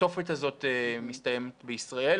שהתופת הזאת מסתיימת בישראל,